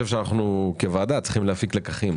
אני חושב שאנחנו כוועדה צריכים להפיק לקחים,